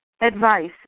advice